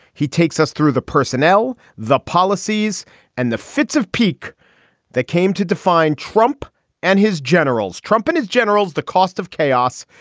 he takes us through the personnel, the policies and the fits of pique that came to define trump and his generals, trump and his generals, the cost of chaos.